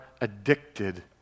addicted